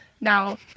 now